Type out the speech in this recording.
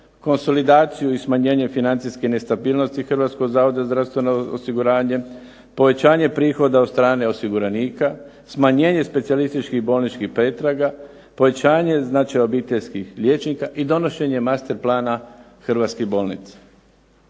konsolidaciju i smanjenje zdravstvene nestabilnosti Hrvatskog zavoda za zdravstveno osiguranje, povećanje prihoda od strane osiguranika, smanjenje specijalističkih bolničkih pretraga, povećanje značaja obiteljskih liječnika i donošenje master plana hrvatskih bolnica.